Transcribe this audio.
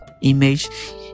image